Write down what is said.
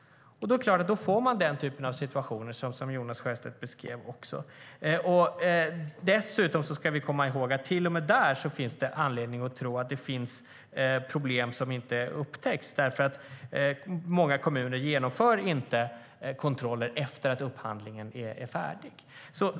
Då är det klart att man får den typ av situationer som Jonas Sjöstedt beskrev. Dessutom ska vi komma ihåg att det till och med där finns anledning att tro att det finns problem som inte upptäcks, eftersom många kommuner inte genomför kontroller efter att upphandlingen är färdig.